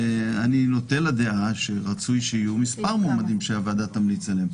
ואני נוטה לדעה שרצוי שיהיו מספר מועמדים שהוועדה תמליץ עליהם.